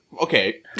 Okay